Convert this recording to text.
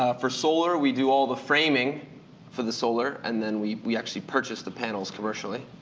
ah for solar, we do all the framing for the solar and then we we actually purchase the panels commercially.